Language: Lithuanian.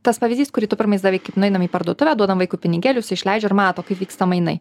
tas pavyzdys kurį tu pirmais davei kad nueinam į parduotuvę duodam vaikui pinigėlius išleidžia ir mato kaip vyksta mainai